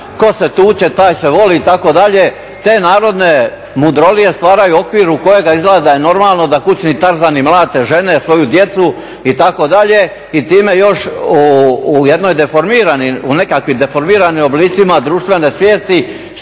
tko se tuče taj se voli. Te narodne mudrolije stvaraju okvir u kojem izgleda da je normalno da kućni Tarzani mlate žene, svoju djecu itd. i time još u nekakvim deformiranim oblicima društvene svijesti